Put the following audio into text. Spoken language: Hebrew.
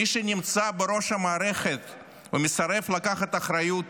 מי שנמצא בראש המערכת ומסרב לקחת אחריות